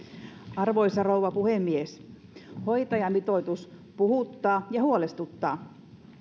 arvoisa rouva puhemies hoitajamitoitus puhuttaa ja huolestuttaa